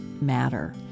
matter